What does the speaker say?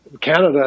Canada